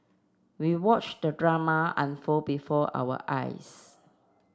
we watched the drama unfold before our eyes